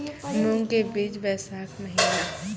मूंग के बीज बैशाख महीना